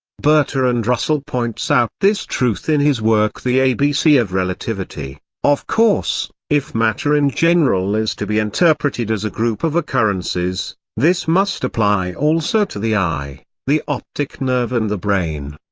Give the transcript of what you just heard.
bertrand russell points out this truth in his work the abc of relativity of course, if matter in general is to be interpreted as a group of occurrences, this must apply also to the eye, the optic nerve and the brain.